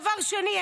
דבר שני,